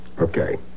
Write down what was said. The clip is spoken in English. Okay